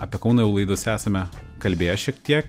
apie kauną jau laidose esame kalbėję šiek tiek